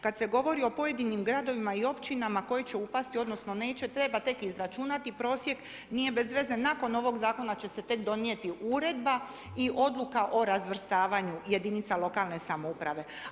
Kada se govori o pojedinim gradovima i općinama koji će upasti, odnosno neće trebat tek izračunati prosjek, nije bez veze, nakon ovog zakona će se tek donijeti uredba i odluka o razvrstavanju jedinica lokalne samouprave.